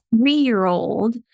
three-year-old